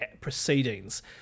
proceedings